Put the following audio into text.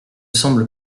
semble